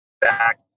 back